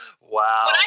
Wow